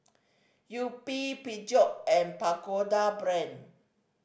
Yupi Peugeot and Pagoda Brand